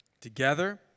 Together